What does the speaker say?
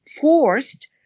forced